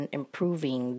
improving